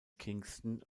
kingston